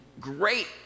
great